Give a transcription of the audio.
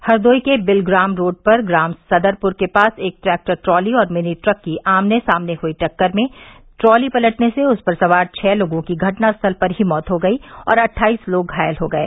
हरदोई के बिलग्राम रोड पर ग्राम सदरपुर के पास एक ट्रैक्टर ट्राली और मिनी ट्रक की आमने सामने हुई टक्कर में ट्राली पलटने से उस पर सवार छह लोगों की घटनास्थल पर ही मौत हो गई और अट्ठाईस लोग घायल हो गये